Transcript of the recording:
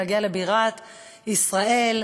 להגיע לבירת ישראל,